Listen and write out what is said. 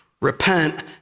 Repent